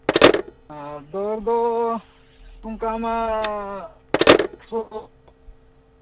ᱟᱨ ᱫᱚᱨ ᱫᱚ ᱚᱱᱠᱟ ᱢᱟ ᱥᱚᱵ